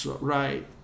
Right